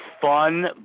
fun